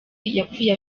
yapfuye